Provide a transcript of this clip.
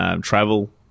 travel